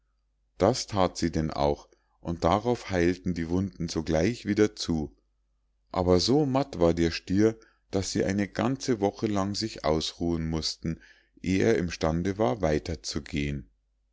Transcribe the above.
das that sie denn auch und darauf heilten die wunden sogleich wieder zu aber so matt war der stier daß sie eine ganze woche lang sich ausruhen mußten eh er im stande war